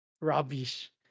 Rubbish